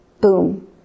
boom